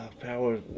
Power